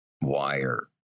wire